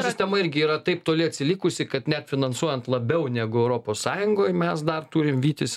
sistema irgi yra taip toli atsilikusi kad net finansuojant labiau negu europos sąjungoj mes dar turim vytis